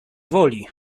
woli